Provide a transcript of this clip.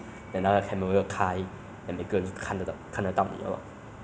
err then face cam is op~ optional lah 你要开不要开 ah 没有人关了